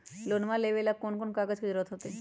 Loan लेवेला कौन कौन कागज के जरूरत होतई?